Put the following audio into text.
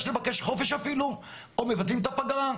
לבקש חופש אפילו או מבטלים את הפגרה.